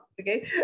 okay